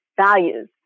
values